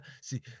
see